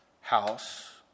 house